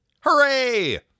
Hooray